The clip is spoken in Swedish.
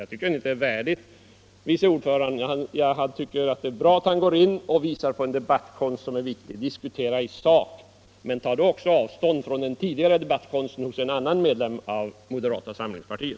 Jag tycker att det är bra att utskottets vice ordförande ger prov på en riktig debattkonst när han diskuterar i sak. Men då bör han också ta avstånd från den tidigare redovisade debattkonsten hos en annan medlem av moderata samlingspartiet.